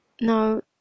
No